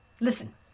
listen